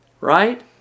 Right